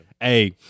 Hey